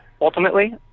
Ultimately